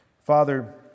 Father